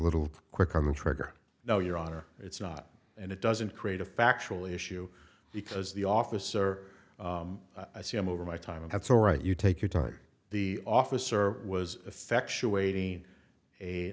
little quick on the trigger no your honor it's not and it doesn't create a factual issue because the officer i see him over my time and that's all right you take your time the officer was effectuating a